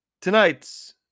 tonight's